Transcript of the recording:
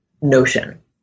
notion